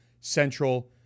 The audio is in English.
Central